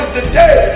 today